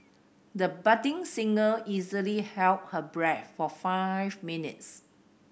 the budding singer easily held her breath for five minutes